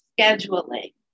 Scheduling